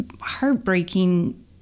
heartbreaking